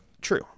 True